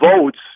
votes